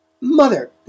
Mother